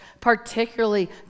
particularly